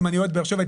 אם אני אוהד באר שבע,